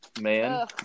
man